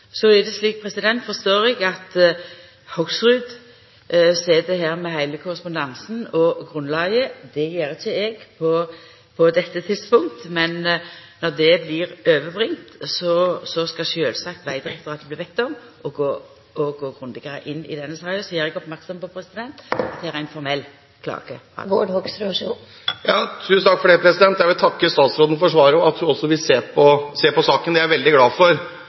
Så er det slik, forstår eg, at Hoksrud sit her med heile korrespondansen og grunnlaget. Det gjer ikkje eg på dette tidspunktet. Men når det blir overlevert, skal sjølvsagt Vegdirektoratet bli bedt om å gå grundigare inn i denne saka. Så gjer eg merksam på at det er ein formell klagerett. Jeg vil takke statsråden for svaret og for at hun også vil se på saken. Det er jeg veldig glad for.